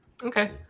Okay